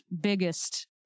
biggest